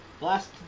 Last